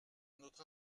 notre